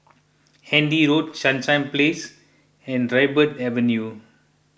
Handy Road Sunshine Place and Dryburgh Avenue